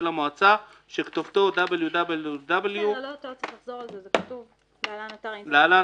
המועצה שכתובתו www.ofot.org.il (להלן,